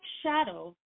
shadow